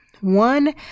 One